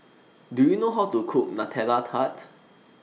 Do YOU know How to Cook Nutella Tart